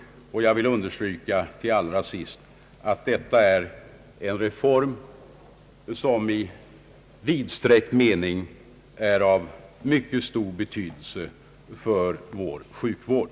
Jag vill till allra sist understryka att detta är en reform som i vidsträckt mening är av mycket stor betydelse för vår sjukvård.